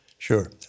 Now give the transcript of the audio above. Sure